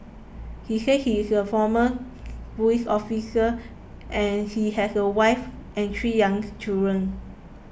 he said he is a former police officer and he has a wife and three young children